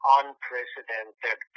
unprecedented